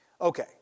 Okay